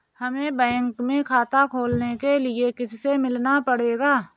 हमे बैंक में खाता खोलने के लिए किससे मिलना पड़ेगा?